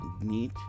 neat